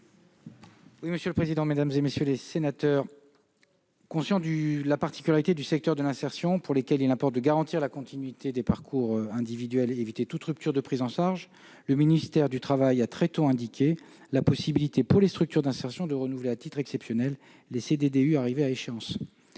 Quel est l'avis du Gouvernement ? Conscient de la particularité du secteur de l'insertion, pour lequel il importe de garantir la continuité des parcours individuels et d'éviter toute rupture de prise en charge, le ministère du travail a très tôt indiqué la possibilité pour les structures d'insertion de renouveler à titre exceptionnel les CDDU arrivés à échéance.